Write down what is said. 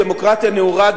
דמוקרטיה נאורה,